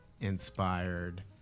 inspired